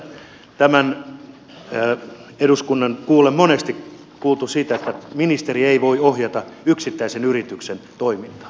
me olemme tässä tämän eduskunnan kuullen monesti kuulleet että ministeri ei voi ohjata yksittäisen yrityksen toimintaa